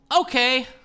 Okay